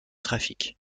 trafic